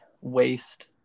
waste